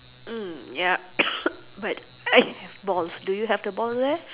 um ya but I have balls do you have the ball there